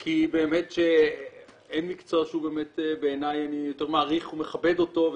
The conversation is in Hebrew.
כי באמת שאין מקצוע שאני מעריך ומכבד אותו,